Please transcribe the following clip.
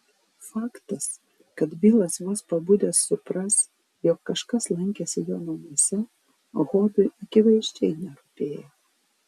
faktas kad bilas vos pabudęs supras jog kažkas lankėsi jo namuose hodui akivaizdžiai nerūpėjo